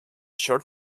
short